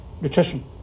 nutrition